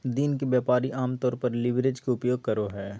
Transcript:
दिन के व्यापारी आमतौर पर लीवरेज के उपयोग करो हइ